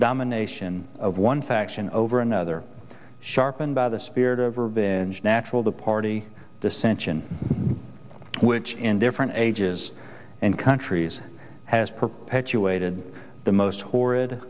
domination of one faction over another sharpened by the spirit of or binge natural the party dissention which in different ages and countries has perpetuated the most horrid